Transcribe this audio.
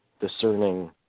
discerning